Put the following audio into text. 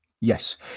yes